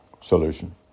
solution